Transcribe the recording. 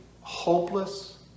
hopeless